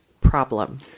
problem